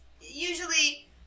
usually